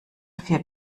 vier